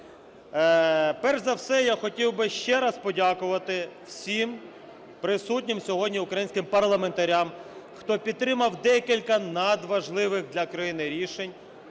Перш за все я хотів би ще раз подякувати всім присутнім сьогодні українським парламентарям, хто підтримав декілька надважливих для країни рішень.